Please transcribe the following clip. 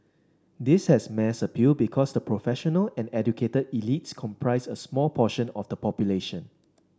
this has mass appeal because the professional and educated elites comprise a small portion of the population